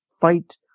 fight